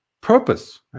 purpose